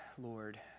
Lord